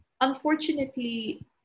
unfortunately